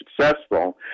successful